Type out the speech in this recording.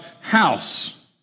house